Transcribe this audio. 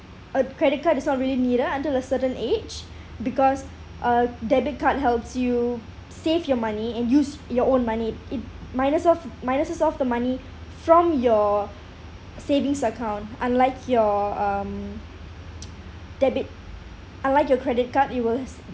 a credit card is not really needed until a certain age because uh debit card helps you save your money and use your own money it minus off minuses off the money from your savings account unlike your um debit unlike like your credit card it was